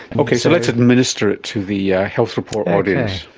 okay, so let's administer it to the yeah health report audience.